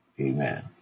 Amen